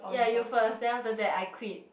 ya you first then after that I quit